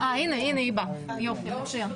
21 באוקטובר